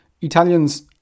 Italians